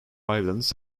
islands